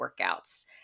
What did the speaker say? workouts